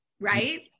Right